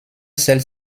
celles